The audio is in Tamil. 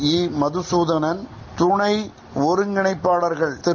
ஈமதுசூதனன் துணை ஒருங்கிணைபபாளர்கள் திரு